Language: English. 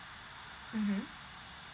mmhmm